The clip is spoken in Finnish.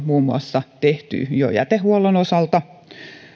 muun muassa kuntien puolelta jo tehty jätehuollon osalta